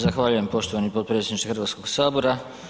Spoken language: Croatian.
Zahvaljujem poštovani potpredsjedniče Hrvatskog sabora.